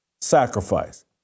sacrifice